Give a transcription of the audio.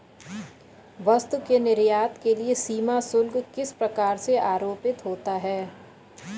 वस्तु के निर्यात के लिए सीमा शुल्क किस प्रकार से आरोपित होता है?